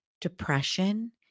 depression